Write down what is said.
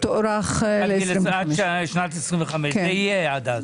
תוארך עד שנת 2025. זה יהיה עד אז.